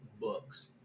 Books